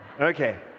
Okay